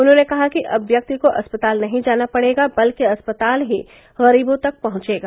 उन्होंने कहा कि अब व्यक्ति को अस्पताल नही जाना पड़ेगा बल्कि अस्पताल ही गरीबों तक पहुंचेगा